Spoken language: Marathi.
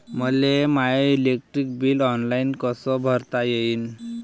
मले माय इलेक्ट्रिक बिल ऑनलाईन कस भरता येईन?